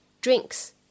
drinks